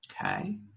okay